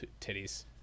titties